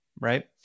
Right